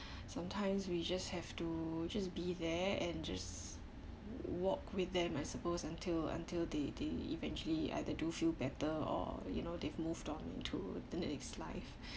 sometimes we just have to just be there and just walk with them I suppose until until they they eventually either do feel better or you know they've moved on into the next life